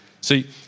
See